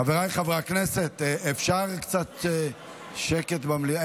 חבריי חברי הכנסת, אפשר קצת שקט במליאה?